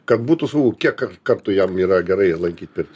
kad būtų saugu kiek kartų jam yra gerai lankyti pirtį